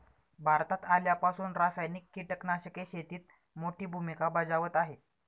भारतात आल्यापासून रासायनिक कीटकनाशके शेतीत मोठी भूमिका बजावत आहेत